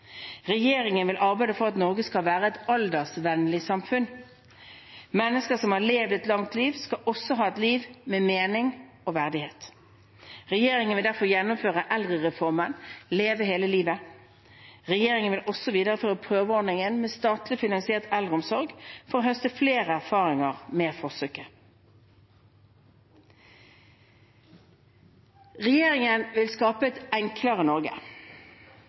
Regjeringen vil arbeide for at Norge skal være et aldersvennlig samfunn. Mennesker som har levd et langt liv, skal også ha et liv med mening og verdighet. Regjeringen vil derfor gjennomføre eldrereformen «Leve hele livet». Regjeringen vil også videreføre prøveordningen med statlig finansiert eldreomsorg for å høste flere erfaringer med forsøket. Regjeringen vil skape et enklere Norge.